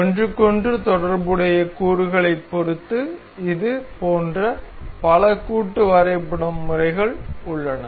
ஒன்றுக்கொன்று தொடர்புடைய கூறுகளைப் பொறுத்து இது போன்ற பல கூட்டு வரைபடம் முறைகள் உள்ளன